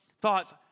thoughts